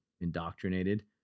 indoctrinated